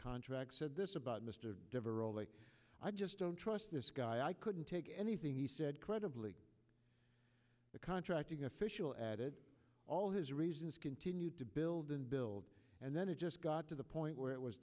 contract said this about mister i just don't trust this guy i couldn't take anything he said credibly the contracting official added all his reasons continued to build and build and then it just got to the point where it was